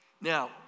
Now